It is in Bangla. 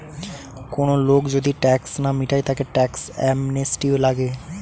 কোন লোক যদি ট্যাক্স না মিটায় তাকে ট্যাক্স অ্যামনেস্টি লাগে